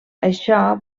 això